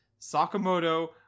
Sakamoto